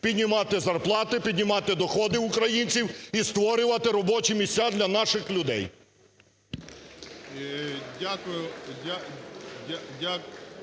піднімати зарплати, піднімати доходи українців і створювати робочі місця для наших людей.